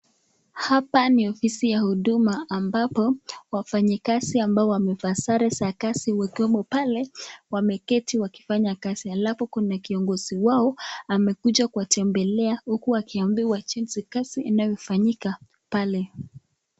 Hapa ni ofisi ya Huduma ambapo wafanyikazi ambao wamevaa sare za kazi zikiwemo pale wameketi wakifanya kazi, labda kuna kiongozi wao amekuja kuwatembelea huku akiambiwa jinsi kazi inavyofanyika pale.